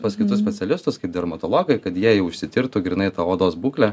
pas kitus specialistus kaip dermatologai kad jie jau išsitirtų grynai odos būklę